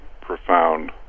profound